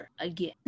again